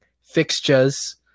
fixtures